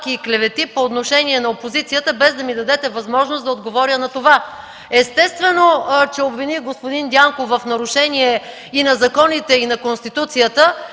и клевети по отношение на опозицията, без да ми дадете възможност да отговоря на това. Естествено, че обвиних господин Дянков в нарушение и на законите, и на Конституцията,